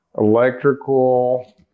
electrical